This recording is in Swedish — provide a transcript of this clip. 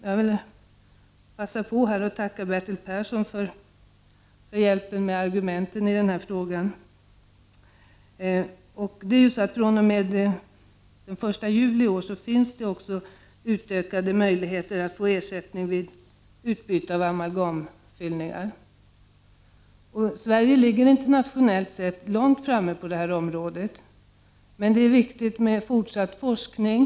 Jag vill passa på att tacka Bertil Persson för hjälpen med argumenten i den här frågan. Det är ju så att fr.o.m. 1 juli i år finns också utökade möjligheter att få ersättning vid utbyte vid amalgamfyllningar. Sverige ligger internationellt sett långt framme på det här området, men det är viktigt med fortsatt forskning.